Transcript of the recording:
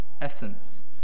essence